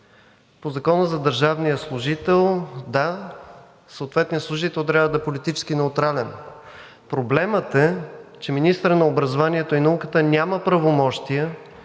По Закона за държавния служител, да, съответният служител трябва да е политически неутрален. Проблемът е, че министърът на образованието и науката няма правомощия